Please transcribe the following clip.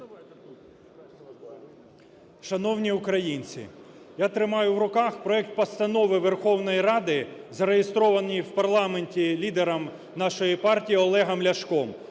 Шановні українці, я тримаю в руках проект Постанови Верховної Ради, зареєстрований в парламенті лідером нашої партії Олегом Ляшком,